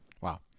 Wow